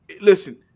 Listen